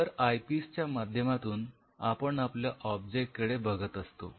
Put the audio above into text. तर आयपीस च्या माध्यमातून आपण आपल्या ऑब्जेक्ट कडे बघत असतो